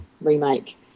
remake